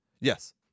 Yes